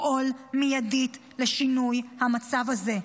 לפעול מיידית לשינוי המצב הזה.